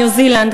ניו-זילנד,